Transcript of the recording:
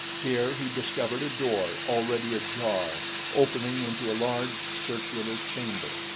here he discovered a door already ajar opening into a large, circular chamber,